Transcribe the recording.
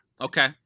Okay